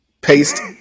paste